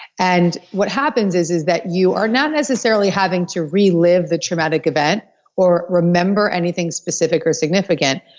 and what happens is is that you are not necessarily having to relive the traumatic event or remember anything specific or significant,